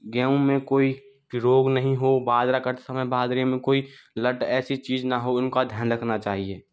गेहूं में कोई रोग नहीं हो बाजरा कटते समय बाजरे में कोई लट ऐसी चीज ना हो उनका ध्यान रखना चाहिए